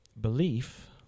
belief